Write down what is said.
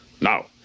Now